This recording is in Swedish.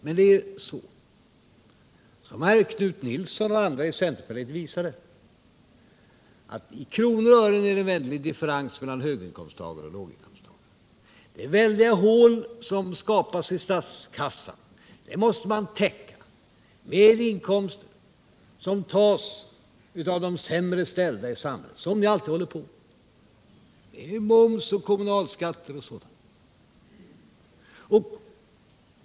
Men det är så som Knut Nilsson och andra har visat att i kronor och ören är det en väsentlig differens mellan höginkomsttagare och låginkomsttagare. Det är väldiga hål som skapas i statskassan. Dem måste man fylla med en inkomst som tas av de sämre ställda i samhället — det är moms, kommunalskatter och sådant.